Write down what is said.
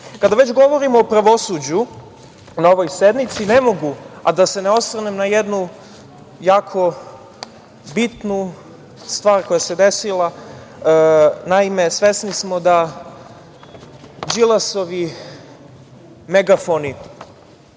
već govorimo o pravosuđu na ovoj sednici, ne mogu a da se ne osvrnem na jednu jako bitnu stvar koja se desila, naime, svesni smo da Đilasovi megafoni,